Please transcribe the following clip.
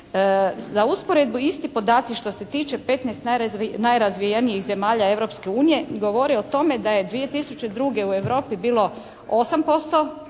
Za usporedbu isti podaci što se tiče 15 najrazvijenijih zemalja Europske unije govori o tome da je 2002. u Europi bilo 8%